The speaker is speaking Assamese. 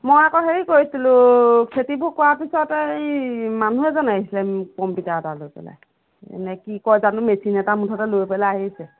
মই আকৌ হেৰি কৰিছিলোঁ খেতিবোৰ কৰাৰ পিছতে এই মানুহ এজন আহিছিলে কম্পিউটাৰ এটা লৈ পেলাই নে কি কয় জানো মেচিন এটা মুঠতে লৈ পেলাই আহিছে